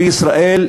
בישראל,